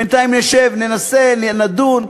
בינתיים נשב, ננסה, נדון.